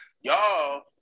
y'all